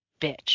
bitch